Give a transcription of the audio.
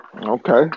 Okay